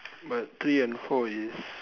but three and four is